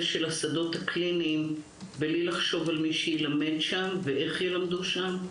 השדות הקליניים בלי לחשוב על מי שילמד שם ואיך ילמדו שם.